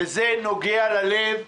וזה נוגע ללב.